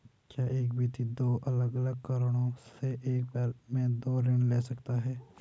क्या एक व्यक्ति दो अलग अलग कारणों से एक बार में दो ऋण ले सकता है?